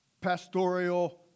pastoral